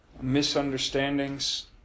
misunderstandings